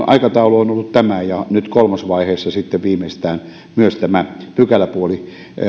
aikataulu on on ollut tämä ja viimeistään nyt kolmosvaiheessa myös tämä pykäläpuoli